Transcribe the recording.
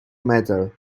matter